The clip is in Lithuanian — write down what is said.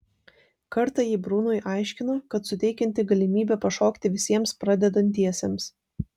kartą ji brunui aiškino kad suteikianti galimybę pašokti visiems pradedantiesiems